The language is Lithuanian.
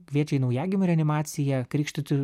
kviečia į naujagimių reanimaciją krikštyti